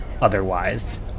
otherwise